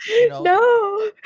No